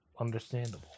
Understandable